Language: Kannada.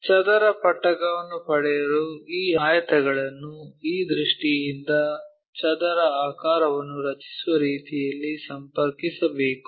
ಚದರ ಪಟ್ಟಕವನ್ನು ಪಡೆಯಲು ಈ ಆಯತಗಳನ್ನು ಈ ದೃಷ್ಟಿಯಿಂದ ಚದರ ಆಕಾರವನ್ನು ರಚಿಸುವ ರೀತಿಯಲ್ಲಿ ಸಂಪರ್ಕಿಸಬೇಕು